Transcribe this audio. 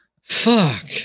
Fuck